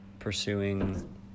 pursuing